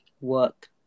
work